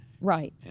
Right